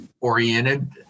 oriented